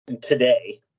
today